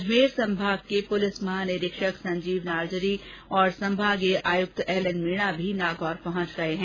अजमेर संभाग के पुलिस महानिरीक्षक सजीव नारजरी और संभागीय आयुक्त एल एन मीणा भी नागौर पहुंच गए हैं